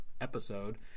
episode